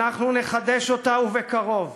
אנחנו נחדש אותה, ובקרוב.